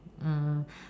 err